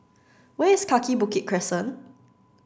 where is Kaki Bukit Crescent